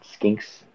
skinks